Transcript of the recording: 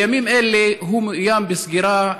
בימים אלה הוא מאוים בסגירה.